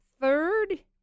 third